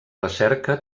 recerca